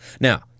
Now-